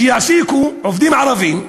שיעסיקו עובדים ערבים,